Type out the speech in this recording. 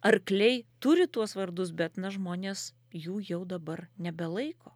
arkliai turi tuos vardus bet na žmonės jų jau dabar nebelaiko